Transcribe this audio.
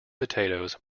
potatoes